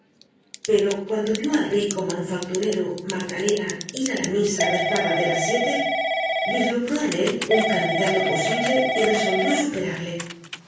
pero cuando vió al rico manufacturero magdalena ir á la misa rezada de las siete vislumbró en él un candidato posible y resolvió superarle